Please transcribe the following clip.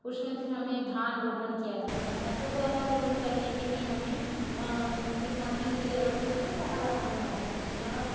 उसमें फिर हमें धान रोपण किया जाता है तो पौधा रोपण करने के लिए हमें एक मशीन की ज़रूरत होती है पराहा लगाने वाली मशीन और